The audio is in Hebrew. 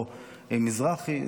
או מזרחי.